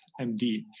MD